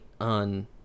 on